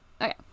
okay